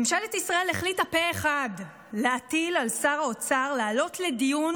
ממשלת ישראל החליטה פה אחד להטיל על שר האוצר להעלות לדיון